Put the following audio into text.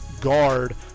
guard